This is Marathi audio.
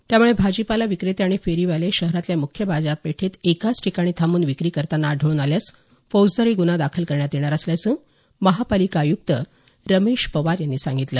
त्यामुळे भाजीपाला विक्रेते आणि फेरीवाले शहरातल्या मुख्य बाजारपेठेत एकाच ठिकाणी थांबून विक्री करतांना आढळून आल्यास फौजदारी गुन्हा दाखल करण्यात येणार असल्याचं महापालिका आयुक्त रमेश पवार यांनी सांगितलं